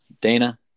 Dana